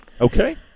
Okay